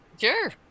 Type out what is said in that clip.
Sure